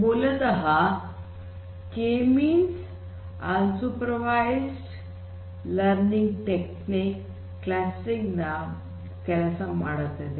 ಮೂಲತಃ K means unsupervised learning technique clustering ನ ಕೆಲಸ ಮಾಡುತ್ತದೆ